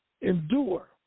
endure